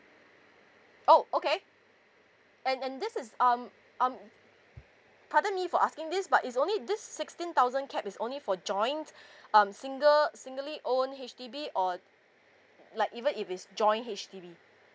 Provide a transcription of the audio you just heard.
oh okay and and this is um um pardon me for asking this but it's only this sixteen thousand cap is only for joints um single singly own H_D_B or like even if it's joint H_D_B